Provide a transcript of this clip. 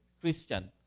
Christian